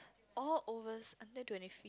all overs until twenty fifth